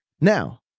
now